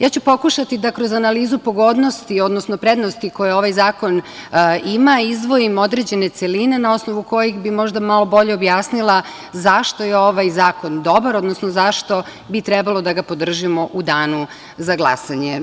Ja ću pokušati da kroz analizu pogodnosti, odnosno prednosti koje ovaj zakon ima, izdvojim određene celine na osnovu kojih bih možda malog bolje objasnila zašto je ovaj zakon dobar, odnosno zašto bi trebalo da ga podržimo u danu za glasanje.